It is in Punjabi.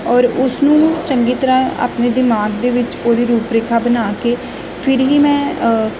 ਔਰ ਉਸਨੂੰ ਚੰਗੀ ਤਰ੍ਹਾਂ ਆਪਣੇ ਦਿਮਾਗ ਦੇ ਵਿੱਚ ਉਹਦੀ ਰੂਪ ਰੇਖਾ ਬਣਾ ਕੇ ਫਿਰ ਹੀ ਮੈਂ